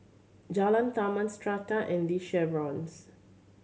Jalan Taman Strata and The Chevrons